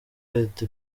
leta